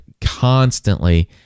constantly